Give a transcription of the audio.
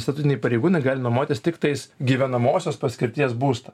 statutiniai pareigūnai gali nuomotis tiktais gyvenamosios paskirties būstą